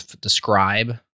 describe